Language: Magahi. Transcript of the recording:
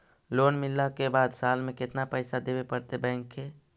लोन मिलला के बाद साल में केतना पैसा देबे पड़तै बैक के?